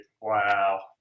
Wow